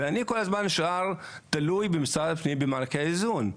ואני כל הזמן תלוי במשרד הפנים במענקי איזון.